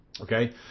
Okay